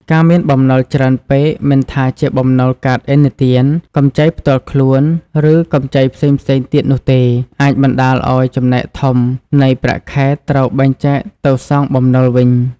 ការមានបំណុលច្រើនពេក មិនថាជាបំណុលកាតឥណទាន កម្ចីផ្ទាល់ខ្លួន ឬកម្ចីផ្សេងៗទៀតនោះទេ អាចបណ្ដាលឲ្យចំណែកធំនៃប្រាក់ខែត្រូវបែងចែកទៅសងបំណុលវិញ។